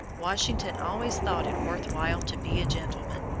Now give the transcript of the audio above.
washington always thought it worth while to be a gentleman.